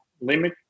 limit